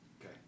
Okay